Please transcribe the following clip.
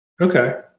Okay